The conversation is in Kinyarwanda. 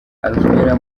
alvera